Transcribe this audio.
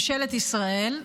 15 שנה בראשות ממשלת ישראל,